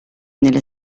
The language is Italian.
nelle